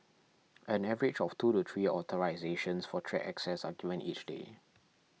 an average of two to three authorisations for track access are given each day